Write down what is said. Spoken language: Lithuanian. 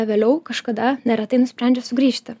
vėliau kažkada neretai nusprendžia sugrįžti